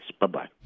Bye-bye